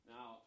Now